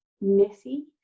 messy